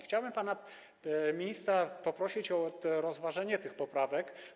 Chciałbym pana ministra poprosić o rozważenie tych poprawek.